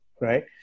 Right